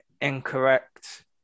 Incorrect